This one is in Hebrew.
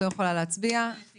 הצבעה בעד,